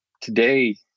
today